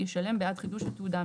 ישלם בעד חידוש התעודה,